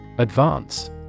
Advance